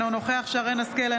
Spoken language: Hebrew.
אינו נוכח שרן מרים השכל,